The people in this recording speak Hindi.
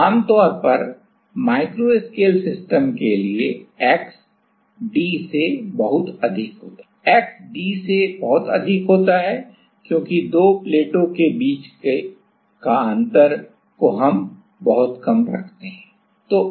तो आमतौर पर माइक्रो स्केल सिस्टम के लिए x d से बहुत अधिक होता है x d से बहुत अधिक होता है क्योंकि 2 प्लेटों के बीच का अंतर को हम बहुत कम रखते हैं